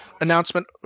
announcement